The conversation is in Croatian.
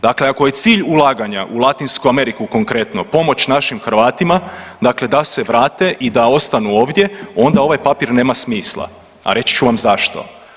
Dakle, ako je cilj ulaganja u Latinsku Ameriku konkretno pomoć našim Hrvatima dakle da se vrate i da ostanu ovdje onda ovaj papir nema smisla, a reći ću vam zašto.